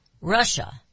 Russia